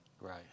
Right